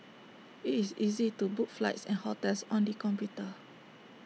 IT is easy to book flights and hotels on the computer